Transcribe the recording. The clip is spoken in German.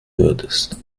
würdest